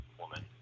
woman